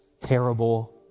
terrible